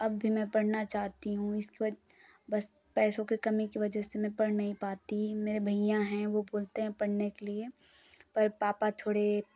अब भी मैं पढ़ना चाहती हूँ इस व बस पैसों की कमी की वजह से मैं पढ़ नहीं पाती मेरे भईया हैं वो बोलते हैं पढ़ने के लिए पर पापा थोड़े